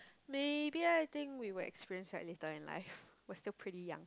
maybe I think we will experience that later in life we're still pretty young